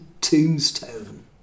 tombstone